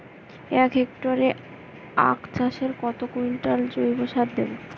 এক হেক্টরে আখ চাষে কত কুইন্টাল জৈবসার দেবো?